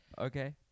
okay